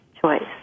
choice